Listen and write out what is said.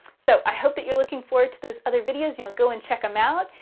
so i hope that you're looking forward to those other videos. you know go and check them out.